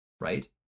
Right